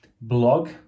blog